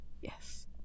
Yes